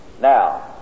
Now